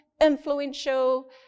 influential